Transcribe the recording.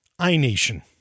iNation